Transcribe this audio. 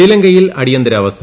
ശ്രീലങ്കയിൽ അടിയന്തിരാവസ്ഥ